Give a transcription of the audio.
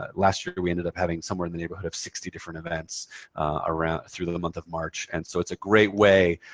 ah last year we ended up having somewhere in the neighborhood of sixty different events through the the month of march. and so it's a great way,